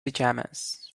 pajamas